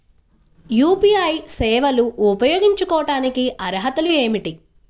UPI సేవలు ఉపయోగించుకోటానికి అర్హతలు ఏమిటీ?